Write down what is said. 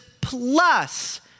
plus